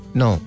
no